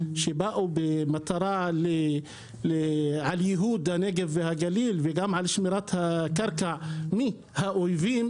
שבאו במטרה לייהוד הנגב והגליל וגם לשמירת הקרקע מהאויבים,